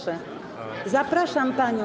Zapraszam panią.